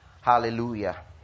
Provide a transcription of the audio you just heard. hallelujah